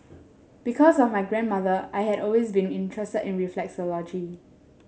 because of my grandmother I had always been interested in reflexology